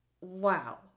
Wow